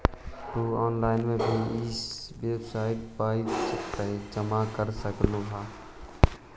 तु ऑनलाइन भी इ बेड के पइसा जमा कर सकऽ हे